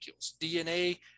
DNA